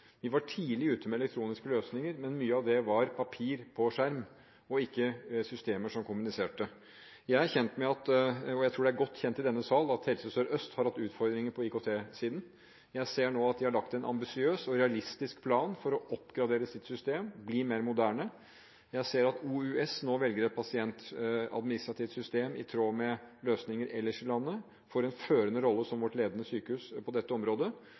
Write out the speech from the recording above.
Vi var tidlig ute med elektroniske løsninger. Men mye av det var papir og skjerm – ikke systemer som kommuniserte. Jeg er kjent med – og jeg tror det er godt kjent i denne sal – at Helse Sør-Øst har hatt utfordringer på IKT-siden. Jeg ser nå at de har lagt en ambisiøs og realistisk plan for å oppgradere sitt system til å bli mer moderne. Jeg ser at OUS nå velger et administrativt system i tråd med løsninger ellers i landet. Det får en førende rolle som vårt ledende sykehus på dette området.